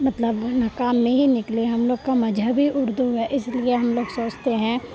مطلب نقاب میں ہی نکلے ہم لوگ کا مذہب ہی اردو ہے اس لیے ہم لوگ سوچتے ہیں